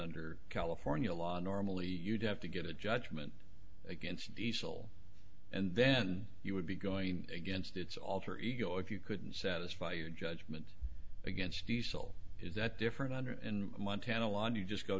under california law normally you'd have to get a judgment against diesel and then you would be going against its alter ego if you couldn't satisfy your judgment against diesel is that different under montana law and you just go